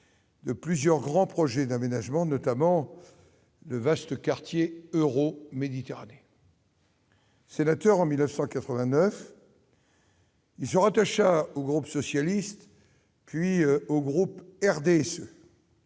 de plusieurs grands projets d'aménagement, notamment du vaste quartier Euroméditerranée. Élu sénateur en 1989, il se rattacha au groupe socialiste, puis au groupe du RDSE.